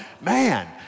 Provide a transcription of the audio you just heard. man